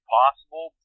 possible